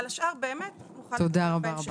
על השאר נרחיב בהמשך.